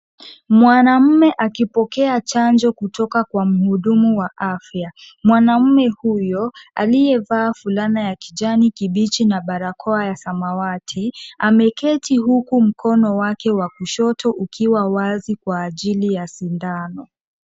Mwanamume akipokea chanjo kutoka kwa mhudumu wa afya. Mwanamume huyo aliyevaa fulana ya kijani kibichi na barakoa ya samawati ameketi huku mkono wake wa kushoto ukiwa wazi kwa ajili ya sindano.